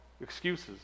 Excuses